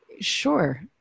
sure